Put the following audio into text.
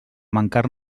mancar